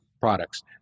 products